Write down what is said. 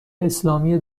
اسلامی